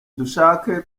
dushake